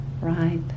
right